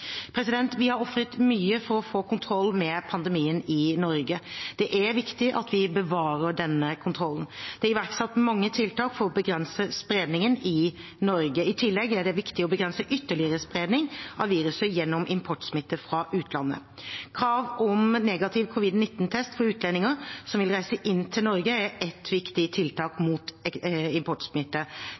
raskt. Vi har ofret mye for å få kontroll med pandemien i Norge. Det er viktig at vi bevarer denne kontrollen. Det er iverksatt mange tiltak for å begrense spredningen i Norge. I tillegg er det viktig å begrense ytterligere spredning av viruset gjennom importsmitte fra utlandet. Krav om negativ covid-19-test for utlendinger som vil reise inn til Norge, er ett viktig tiltak mot